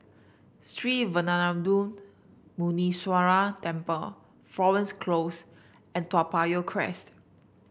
Sree Veeramuthu Muneeswaran Temple Florence Close and Toa Payoh Crest